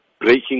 breaking